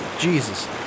Jesus